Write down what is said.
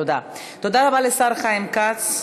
תודה רבה לשר חיים כץ.